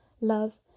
Love